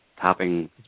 tapping